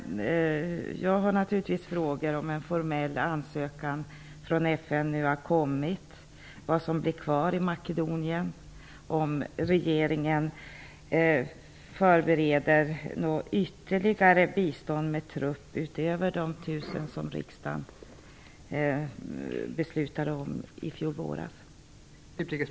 Jag har frågor om en formell ansökan från FN har kommit, om vad som blir kvar i Makedonien och om regeringen förbereder något ytterligare bistånd med trupper utöver de 1 000 man som riksdagen beslutade om i fjol våras.